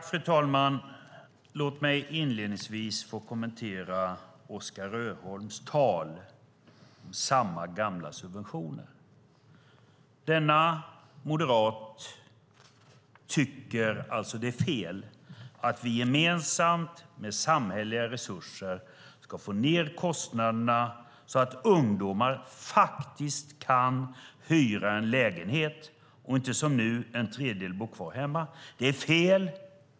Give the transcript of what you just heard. Fru talman! Låt mig inledningsvis få kommentera Oskar Öholms tal om samma gamla subventioner. Denne moderat tycker alltså att det är fel att vi gemensamt med samhälleliga resurser ska få ned kostnaderna så att ungdomar faktiskt kan hyra en lägenhet och inte bo kvar hemma, som en tredjedel nu gör. Det är fel.